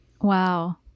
Wow